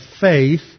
faith